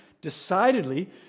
decidedly